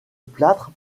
plâtre